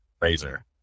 razor